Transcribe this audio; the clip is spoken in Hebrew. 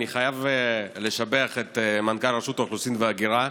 אני חייב לשבח את מנכ"ל רשות האוכלוסין וההגירה,